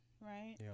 Right